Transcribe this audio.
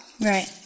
Right